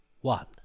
one